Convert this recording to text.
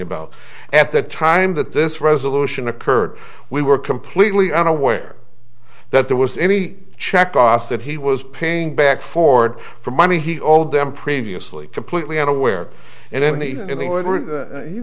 about at the time that this resolution occurred we were completely unaware that there was any check os that he was paying back forward for money he owed them previously completely unaware and any and he